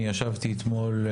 ישבתי אתמול,